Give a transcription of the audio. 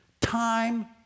time